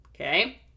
Okay